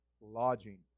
lodging